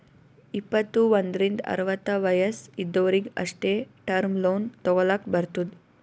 ಇಪ್ಪತ್ತು ಒಂದ್ರಿಂದ್ ಅರವತ್ತ ವಯಸ್ಸ್ ಇದ್ದೊರಿಗ್ ಅಷ್ಟೇ ಟರ್ಮ್ ಲೋನ್ ತಗೊಲ್ಲಕ್ ಬರ್ತುದ್